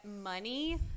money